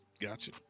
Gotcha